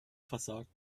versagt